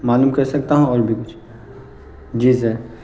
معلوم کر سکتا ہوں اور بھی کچھ جی سر